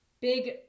Big